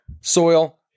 soil